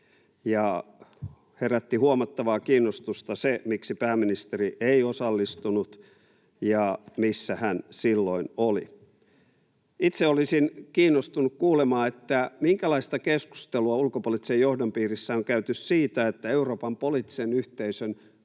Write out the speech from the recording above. herätti huomattavaa kiinnostusta se, miksi pääministeri ei osallistunut ja missä hän silloin oli. Itse olisin kiinnostunut kuulemaan, minkälaista keskustelua ulkopoliittisen johdon piirissä on käyty siitä, että Euroopan poliittisen yhteisön